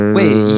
Wait